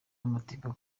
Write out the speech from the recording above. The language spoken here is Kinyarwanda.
w’amateka